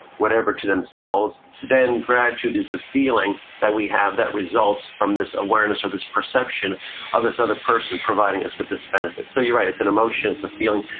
whatever to themselves. then, gratitude is the feeling that we have that results from this awareness or this perception of this other person providing us with this benefit. so you're right. it's an emotion. it's a feeling,